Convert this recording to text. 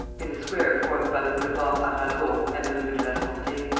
in the square formed by the boulevard arago and the rue de la sante.